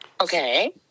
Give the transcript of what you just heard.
Okay